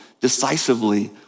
decisively